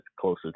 closer